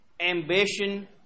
ambition